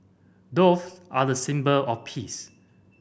doves are the symbol of peace